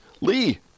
Lee